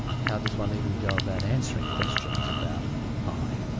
how does one even go about answering questions about i?